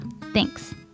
thanks